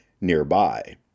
nearby